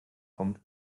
kommt